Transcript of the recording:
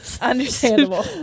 Understandable